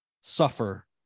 suffer